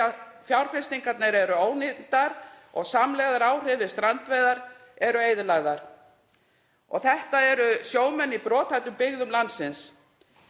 fjárfestingarnar eru ónýtar og samlegðaráhrif við strandveiðar eru eyðilögð. Þetta eru sjómenn í brothættum byggðum landsins.